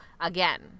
again